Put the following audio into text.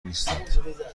نیستند